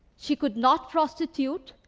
she could not prostitute,